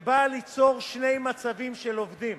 שבאה ליצור שני מצבים של עובדים: